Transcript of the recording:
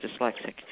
dyslexic